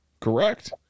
Correct